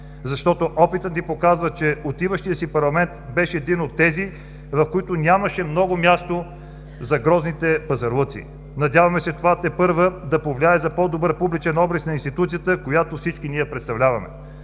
Опитът ни показва, че отиващият си парламент беше един от тези, в които нямаше много място за грозните пазарлъци. Надяваме се това тепърва да повлияе за по-добър публичен образ на институцията, която всички ние представляваме.